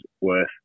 worth